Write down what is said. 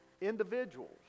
individuals